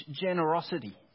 generosity